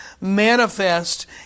manifest